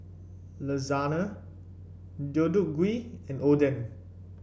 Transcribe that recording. Lasagna Deodeok Gui and Oden